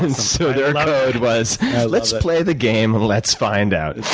and so their code was let's play the game let's find out.